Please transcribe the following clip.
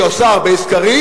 היא עושה הרבה סקרים.